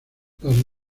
las